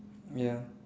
ya